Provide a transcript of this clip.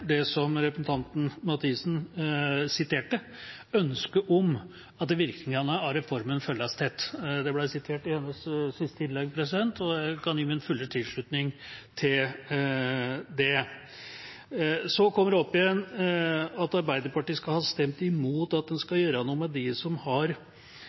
det som representanten Mathisen siterte – ønsket om at virkningene av reformen følges tett. Det ble sitert i hennes siste innlegg, og jeg kan gi min fulle tilslutning til det. Så kommer det opp igjen at Arbeiderpartiet skal ha stemt imot at en skal gjøre noe med dem som har